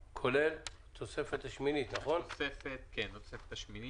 העיצום הכספי יהיה לפי סכומו